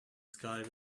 sky